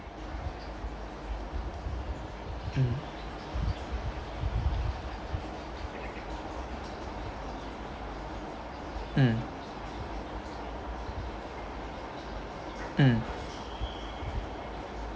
mm mm mm